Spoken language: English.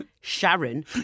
Sharon